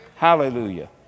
Hallelujah